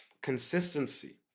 consistency